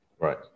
Right